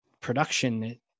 production